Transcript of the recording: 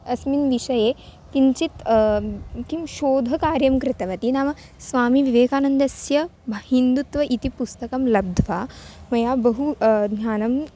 अस्मिन् विषये किञ्चित् किं शोधकार्यं कृतवती नाम स्वामी विवेकानन्दस्य भ हिन्दुत्वम् इति पुस्तकं लब्ध्वा मया बहु ध्यानं